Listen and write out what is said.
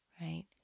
right